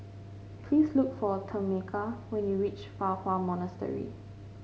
please look for Tameka when you reach Fa Hua Monastery